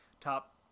top